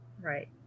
right